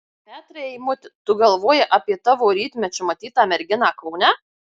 petrai eimuti tu galvoji apie tavo rytmečiu matytą merginą kaune